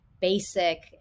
basic